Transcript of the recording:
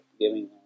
giving